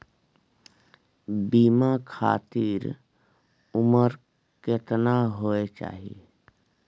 बीमा खातिर उमर केतना होय चाही?